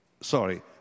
sorry